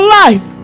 life